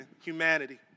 humanity